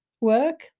work